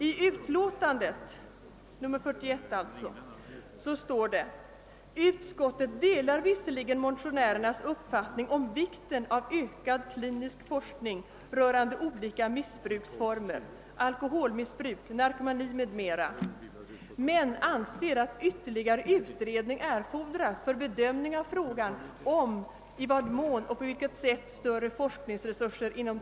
I utlåtandet nr 41 står det: »Utskottet delar visserligen motionärernas uppfattning om vikten av ökad klinisk forskning rörande olika missbruksformer — alkoholmissbruk, narkomani m.m. — men anser att ytterligare utredning erfordras för bedömning av frågan om i vad mån och på vilket sätt större forskningsresurser inom .